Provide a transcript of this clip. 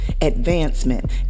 advancement